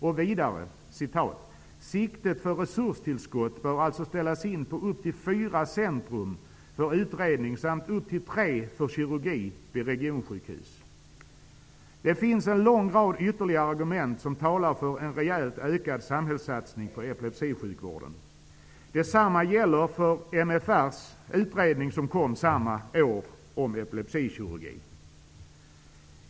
Vidare sägs det att siktet för resurstillskott bör ställas in på upp till fyra centra för utredning samt upp till tre för kirurgi vid regionsjukhus, och det finns en lång rad ytterligare argument som talar för en rejält ökad samhällssatsning på epilepsisjukvården. Detsamma gäller för MFR:s utredning, som kom samma år, om epilepsikirurgin.